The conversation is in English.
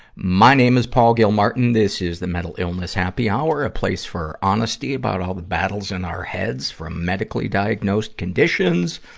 my name is paul gilmartin. this is the mental illness happy hour a place for honesty about all the battles in our heads, from medically-diagnosed conditions,